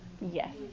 Yes